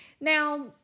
Now